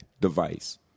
device